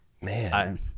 man